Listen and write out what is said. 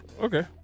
Okay